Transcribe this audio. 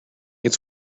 its